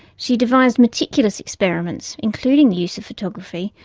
she devised meticulous experiments, including the use of photography,